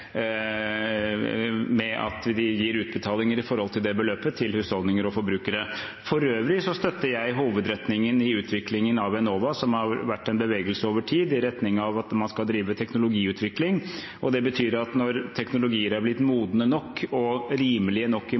med å gi utbetalinger ut fra det beløpet til husholdninger og forbrukere. For øvrig støtter jeg hovedretningen i utviklingen av Enova, som har vært en bevegelse over tid i retning av at man skal drive teknologiutvikling. Det betyr at når teknologier er blitt modne nok og rimelige nok